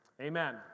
amen